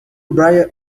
brian